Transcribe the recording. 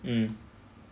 mm